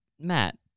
Matt